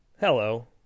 hello